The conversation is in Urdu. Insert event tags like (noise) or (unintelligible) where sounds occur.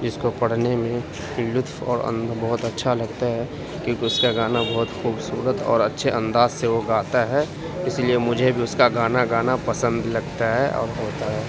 جس کو پڑھنے میں لطف اور (unintelligible) بہت اچھا لگتا ہے کیونکہ اس کا گانا بہت خوبصورت اور اچھے انداز سے وہ گاتا ہے اس لیے مجھے بھی اس کا گانا گانا پسند لگتا ہے اور ہوتا ہے